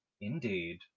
Indeed